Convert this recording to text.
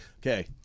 Okay